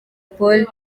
paul